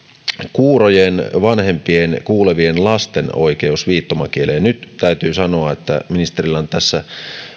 kuurojen vanhempien kuulevien lasten oikeus viittomakieleen nyt täytyy sanoa että ministerillä on tässä